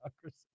democracy